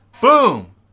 boom